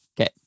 Okay